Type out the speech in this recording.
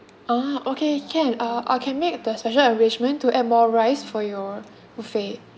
oh okay can uh I can make the special arrangement to add more rice for your buffet